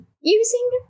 using